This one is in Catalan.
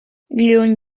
lluny